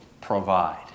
provide